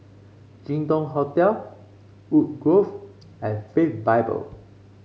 Jin Dong Hotel Woodgrove and Faith Bible